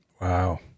Wow